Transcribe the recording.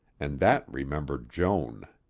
and that remembered joan.